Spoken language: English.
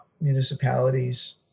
municipalities